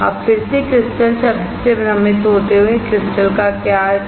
अब फिर से क्रिस्टल शब्द से भ्रमित होते हुए क्रिस्टल का क्या अर्थ है